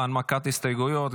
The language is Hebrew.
בהנמקת ההסתייגויות.